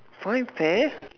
find friends